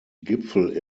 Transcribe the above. gipfel